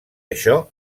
això